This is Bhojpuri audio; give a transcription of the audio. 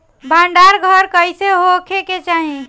भंडार घर कईसे होखे के चाही?